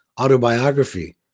autobiography